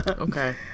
Okay